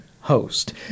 Host